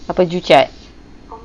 upper joo chiat